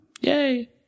Yay